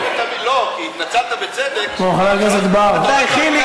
לא, כי התנצלת בצדק, חבר הכנסת בר, די, חיליק.